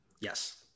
Yes